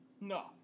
No